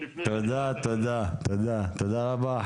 תודה רבה.